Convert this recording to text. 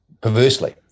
perversely